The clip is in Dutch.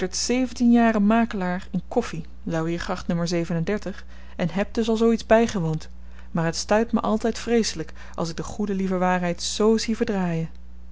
jaren makelaar in koffi en heb dus al zoo iets bygewoond maar het stuit my altyd vreeselyk als ik de goede lieve waarheid z zie verdraaien